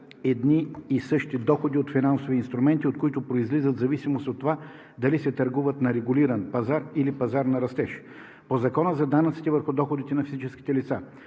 едни и същи доходи от финансови инструменти, от които произлизат в зависимост от това дали се търгуват на регулиран пазар или пазар на растеж. По Закона за данъците върху доходите на физическите лица